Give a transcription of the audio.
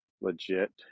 legit